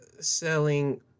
selling